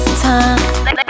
time